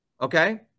Okay